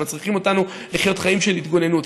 שמצריכים אותנו לחיות חיים של התגוננות,